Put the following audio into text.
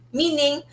meaning